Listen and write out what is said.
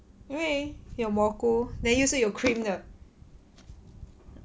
因为有蘑菇 then 又是有 cream 的